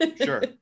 Sure